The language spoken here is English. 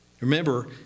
Remember